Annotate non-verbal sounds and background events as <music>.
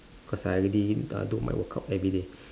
cause I already uh do my work out everyday <breath>